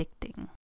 addicting